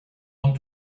want